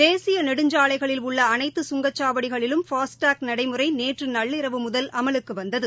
தேசிய நெடுஞ்சாலைகளில் உள்ள அனைத்து சுங்கச்சாவடிகளிலும் ஃபாஸ் டாக் நடைமுறை நேற்று நள்ளிரவு முதல் அமலுக்கு வந்தது